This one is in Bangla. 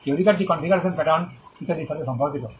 এই অধিকারটি কনফিগারেশন প্যাটার্ন ইত্যাদির সাথে সম্পর্কিত